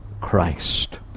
Christ